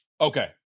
okay